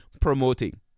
promoting